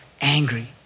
angry